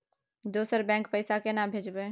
दोसर बैंक पैसा केना भेजबै?